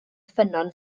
ffynnon